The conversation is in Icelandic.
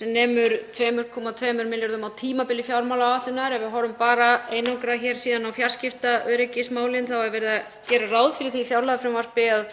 sem nemur 2,2 milljörðum á tímabili fjármálaáætlunar. Ef við horfum bara einangrað síðan á fjarskiptaöryggismálin er verið að gera ráð fyrir því í fjárlagafrumvarpi að